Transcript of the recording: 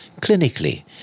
clinically